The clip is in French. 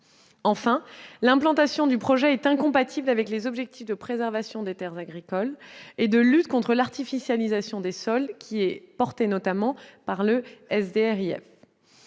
Enfin, l'implantation du projet est incompatible avec les objectifs de préservation des terres agricoles et de lutte contre l'artificialisation des sols inscrits notamment dans le schéma